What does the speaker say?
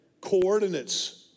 coordinates